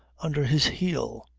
under his heel!